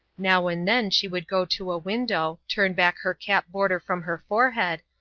now and then she would go to a window, turn back her cap-border from her forehead,